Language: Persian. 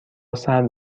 سرد